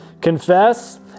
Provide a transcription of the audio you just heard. Confess